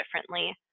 differently